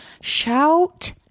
shout